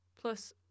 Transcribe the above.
plus